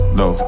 no